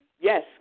Yes